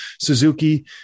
Suzuki